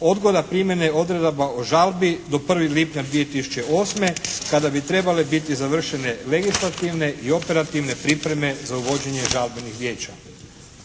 Odgoda primjene odredaba o žalbi do 1. lipnja 2008. kada bi trebale biti završene legislativne i operativne pripreme za uvođenje žalbenih vijeća.